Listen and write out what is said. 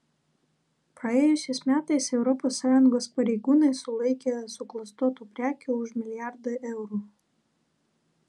praėjusiais metais europos sąjungos pareigūnai sulaikė suklastotų prekių už milijardą eurų